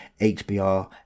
HBR